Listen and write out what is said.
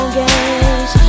games